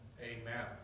Amen